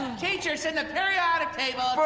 and teacher send the periodic table